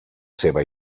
seva